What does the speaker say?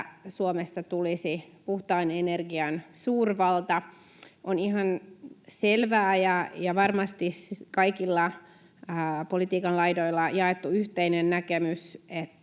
Suomesta tulisi puhtaan energian suurvalta. On ihan selvää ja varmasti kaikilla politiikan laidoilla jaettu yhteinen näkemys, että